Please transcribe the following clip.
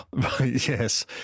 yes